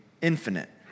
infinite